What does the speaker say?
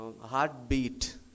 heartbeat